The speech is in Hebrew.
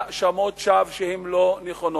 האשמות שווא שהן לא נכונות.